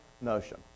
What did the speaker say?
notion